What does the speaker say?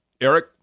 Eric